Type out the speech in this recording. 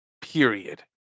period